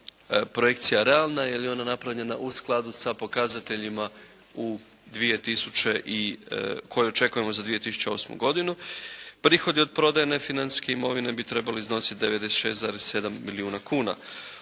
projekcija realna jer je ona napravljena u skladu sa pokazateljima u, koju očekujemo za 2008. godinu. Prihode od prodaje financijske imovine bi trebali iznositi 96,7 milijuna kuna.